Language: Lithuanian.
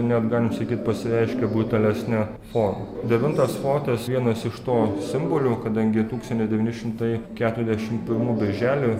net galim sakyt pasireiškia brutalesne forma devintas fortas vienas iš to simbolių kadangi tūkstantis devyni šimtai keturiasdešimt pirmų birželį